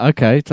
Okay